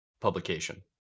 publication